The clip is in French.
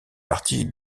partie